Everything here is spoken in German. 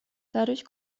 dadurch